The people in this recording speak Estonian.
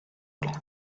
olema